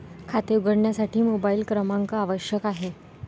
खाते उघडण्यासाठी मोबाइल क्रमांक आवश्यक आहे